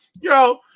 yo